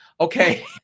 Okay